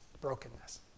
brokenness